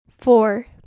Four